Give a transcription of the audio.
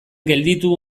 gelditu